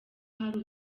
hari